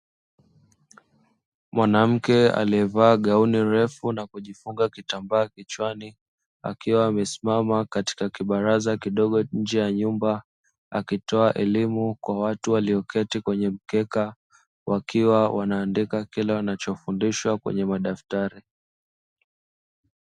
Mwanamke aliyevaa gauni refu na kufunga kitambaa kichwani, akiwa amesimama katika kibaraza kidogo nje ya nyumba akitoa elimu kwa watu walioketi kwenye mkeka. Wakiwa wanaandika kile wanachofundishwa kwenye madaftari.